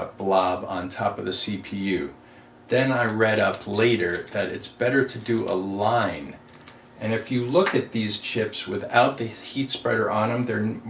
blob on top of the cpu then i read up later that it's better to do a line and if you look at these chips without the heat spreader on um them.